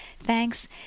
Thanks